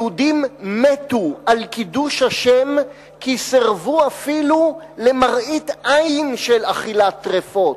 יהודים מתו על קידוש השם כי סירבו אפילו למראית עין של אכילת טרפות.